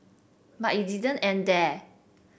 but it didn't end there